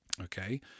okay